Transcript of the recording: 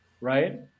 Right